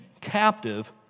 captive